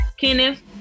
Kenneth